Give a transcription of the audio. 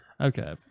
Okay